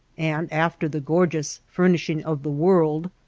and after the gorgeous furnishing of the world,